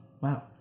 wow